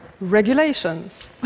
regulations